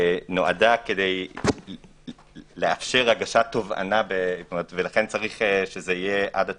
נועדה לאפשר הגשת תובענה ולכן צריך שזה יהיה עד התובענה.